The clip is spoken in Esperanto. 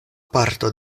parto